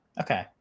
okay